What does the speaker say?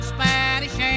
Spanish